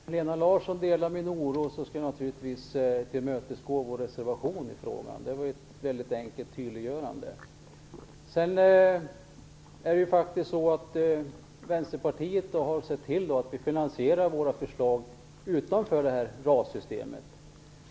Herr talman! Om Lena Larsson delar min oro, kan hon tydligast och enklast visa det genom att rösta för vår reservation i frågan. Vänsterpartiet har faktiskt finansierat sina förslag utanför RAS-systemet.